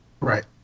Right